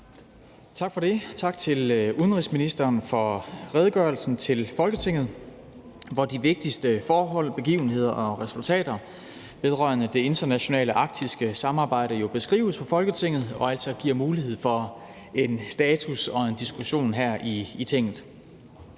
Tak for det, og tak til udenrigsministeren for redegørelsen til Folketinget, hvor de vigtigste forhold, begivenheder og resultater vedrørende det internationale arktiske samarbejde jo beskrives for Folketinget, og det giver altså mulighed for en status og en diskussion her i Tinget.